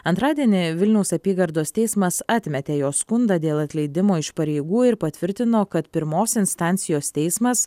antradienį vilniaus apygardos teismas atmetė jo skundą dėl atleidimo iš pareigų ir patvirtino kad pirmos instancijos teismas